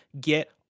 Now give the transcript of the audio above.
get